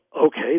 Okay